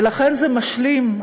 ולכן זה משלים.